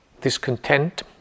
discontent